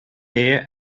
air